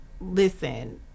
listen